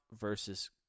versus